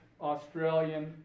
Australian